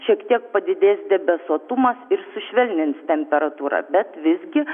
šiek tiek padidės debesuotumas ir sušvelnins temperatūrą bet visgi